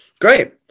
Great